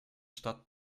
stadt